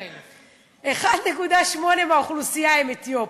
30% זה 100,000. 1.8% מהאוכלוסייה הם אתיופים,